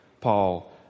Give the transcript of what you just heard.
Paul